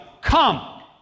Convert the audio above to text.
come